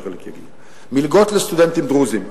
מלגות לסטודנטים דרוזים,